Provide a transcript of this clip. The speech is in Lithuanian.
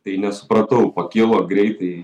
tai nesupratau pakilo greitai